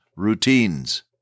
Routines